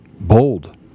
bold